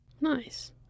Nice